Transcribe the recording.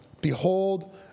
behold